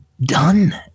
done